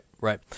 right